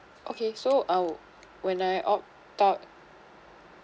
okay so I'll when I opt out